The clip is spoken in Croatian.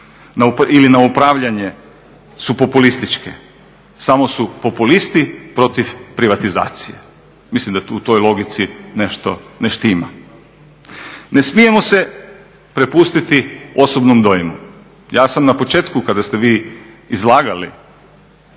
ili na upravljanje su populističke, samo su populisti protiv privatizacije. Mislim da u toj logici nešto ne štima. Ne smijemo se prepustiti osobnom dojmu. Ja sam na početku kada ste vi izlagali